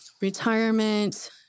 retirement